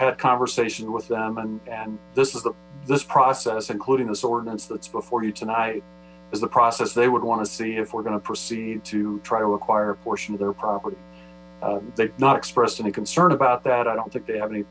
had a conversation with them and this is this process including this ordinance that's before you tonight is the process they would want to see if we're gonna proceed to try to acquire portion of their property they've not expressed an concern about that i don't think they have any